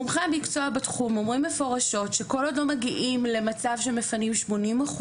מומחי המקצוע בתחום אומרים מפורשות שכל עוד לא מגיעים למצב שמפנים 80%,